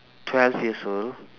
twelve years old